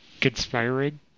conspiring